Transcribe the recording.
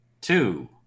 two